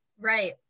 Right